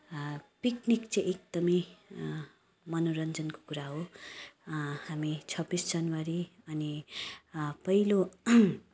picnic चाहिँ एकदमै मनोरञ्जनको कुरा हो हामी छब्बिस जनवरी अनि पहिलो